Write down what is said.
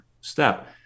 step